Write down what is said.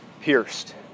pierced